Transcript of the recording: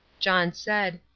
john said,